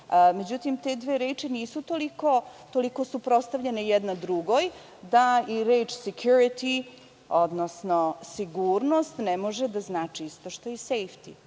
itd.Međutim, te dve reči nisu toliko suprotstavljene jedna drugoj, pa i reč security, odnosno sigurnost ne može da znači isto što i safety.